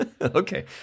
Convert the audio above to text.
Okay